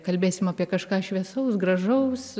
kalbėsim apie kažką šviesaus gražaus